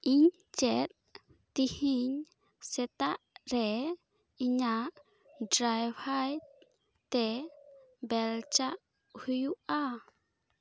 ᱤᱧ ᱪᱮᱫ ᱛᱤᱦᱤᱧ ᱥᱮᱛᱟᱜ ᱨᱮ ᱤᱧᱟᱹᱜ ᱰᱨᱟᱵᱷᱟᱨ ᱛᱮ ᱵᱮᱞᱪᱟᱜ ᱦᱩᱭᱩᱜᱼᱟ